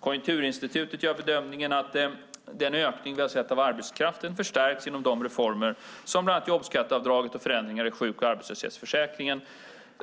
Konjunkturinstitutet gör bedömningen att den ökning vi har sett av arbetskraften förstärks genom de reformer, bland annat jobbskatteavdraget och förändringar i sjuk och arbetslöshetsförsäkringen,